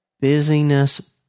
Busyness